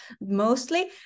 mostly